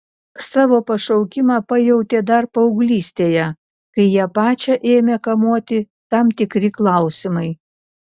savo pašaukimą pajautė dar paauglystėje kai ją pačią ėmė kamuoti tam tikri klausimai